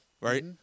right